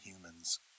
humans